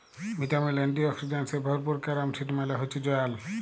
vitamin, antioxidants এ ভরপুর carom seed মালে হচ্যে জয়াল